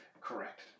Correct